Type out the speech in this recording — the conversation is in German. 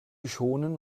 schonen